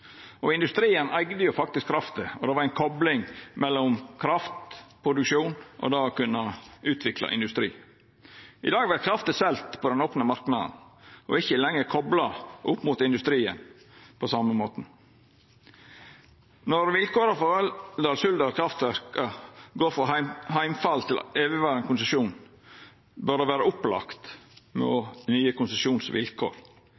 og industrireising. Industrien eigde faktisk krafta, og det var kopling mellom kraft, produksjon og det å kunna utvikla industri. I dag vert krafta seld på den opne marknaden og er ikkje lenger kopla opp mot industrien på same måten. Når vilkåra for Røldal-Suldal kraftanlegg går frå heimfall til evigvarande konsesjon, bør det vera opplagt med